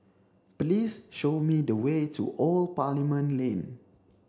please show me the way to Old Parliament Lane